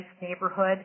neighborhood